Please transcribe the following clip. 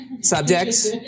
Subjects